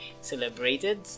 celebrated